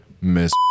miss